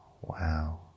Wow